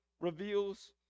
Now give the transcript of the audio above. reveals